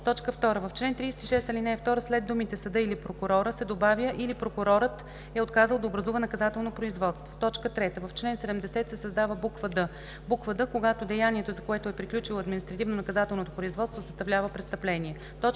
2. В чл. 36, ал. 2 след думите „съда или прокурора“ се добавя „или прокурорът е отказал да образува наказателно производство“. 3. В чл. 70 се създава буква „д“: ,,д) когато деянието, за което е приключило административнонаказателното производство, съставлява престъпление.“